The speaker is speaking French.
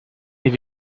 est